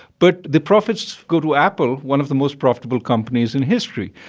but the profits go to apple, one of the most profitable companies in history.